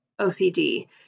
OCD